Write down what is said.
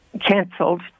canceled